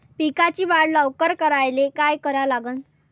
पिकाची वाढ लवकर करायले काय करा लागन?